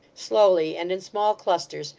slowly, and in small clusters,